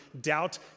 doubt